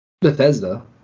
Bethesda